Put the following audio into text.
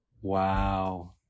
Wow